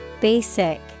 Basic